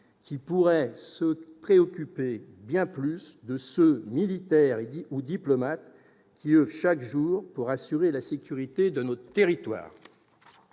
qui pourrait se préoccuper bien davantage de ceux, militaires ou diplomates, qui oeuvrent chaque jour pour assurer la sécurité de notre territoire.